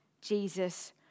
Jesus